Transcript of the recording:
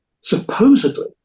supposedly